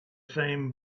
same